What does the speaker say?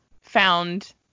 found